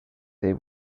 they